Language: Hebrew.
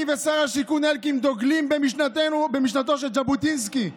אני ושר השיכון אלקין דוגלים במשנתו של ז'בוטינסקי,